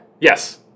Yes